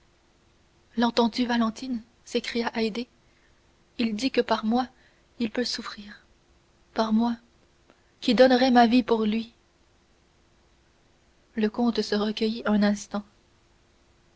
l'entends-tu valentine s'écria haydée il dit que par moi il peut souffrir par moi qui donnerais ma vie pour lui le comte se recueillit un instant